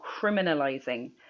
criminalizing